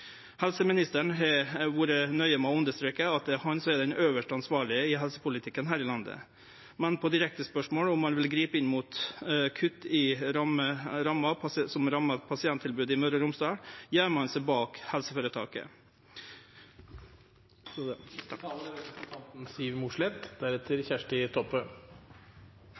Helseministeren har vore nøye med å understreke at det er han som er den øvste ansvarlege i helsepolitikken her i landet, men på direkte spørsmål om han vil gripe inn mot kutt som rammar pasienttilbodet i Møre og Romsdal, gøymer han seg bak helseføretaket.